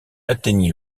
atteignit